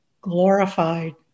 glorified